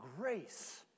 grace